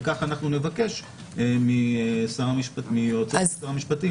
וכך אנחנו נבקש מיועצו של שר המשפטים